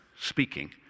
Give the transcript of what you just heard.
speaking